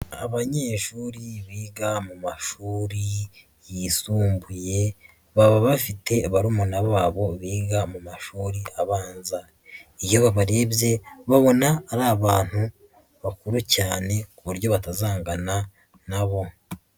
Abanyeshuri biga mu mashuri yisumbuye baba bafite barumuna babo biga mumashuri abanza, iyo babarebye babona ari abantu bakuru cyane ku buryo batazangana nabo.